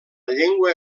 llengua